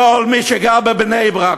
כל מי שגר בבני-ברק,